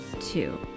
two